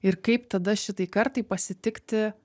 ir kaip tada šitai kartai pasitikti